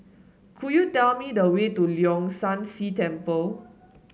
could you tell me the way to Leong San See Temple